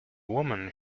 woman